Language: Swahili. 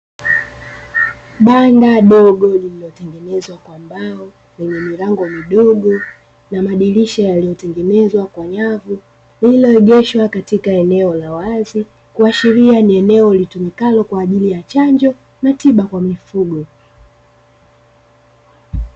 Banda dogo lililotengenezwa kwa mbao lenye milango midogo na madirisha yaliyotengenezwa kwa nyavu lililoegeshwa katika eneo la wazi, kuashiria ni eneo litumikalo kwa ajili ya chanjo na tiba kwa mifugo.